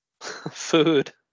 food